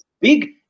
big